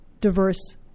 diverse